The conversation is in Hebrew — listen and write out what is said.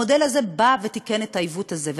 המודל הזה תיקן את העיוות הזה,